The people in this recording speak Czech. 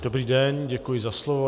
Dobrý den, děkuji za slovo.